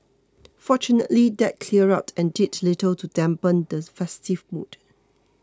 fortunately that cleared up and did little to dampen the festive mood